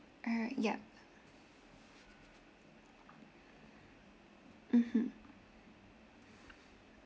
alright yup mmhmm